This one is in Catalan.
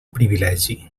privilegi